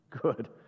Good